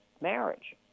marriage